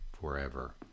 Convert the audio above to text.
forever